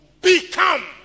become